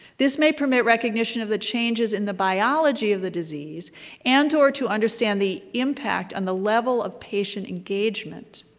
this may permit recognition of the changes in the biology of the disease and or to understand the impact on the level of patient engagement.